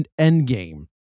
Endgame